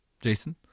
Jason